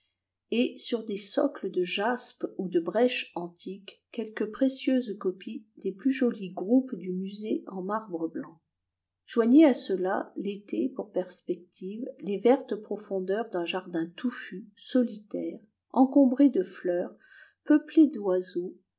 et sur des socles de jaspe ou de brèche antique quelques précieuses copies des plus jolis groupes du musée en marbre blanc joignez à cela l'été pour perspective les vertes profondeurs d'un jardin touffu solitaire encombré de fleurs peuplé d'oiseaux